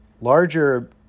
larger